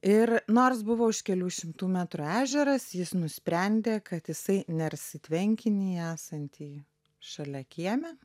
ir nors buvo už kelių šimtų metrų ežeras jis nusprendė kad jisai ners į tvenkinį esantį šalia kieme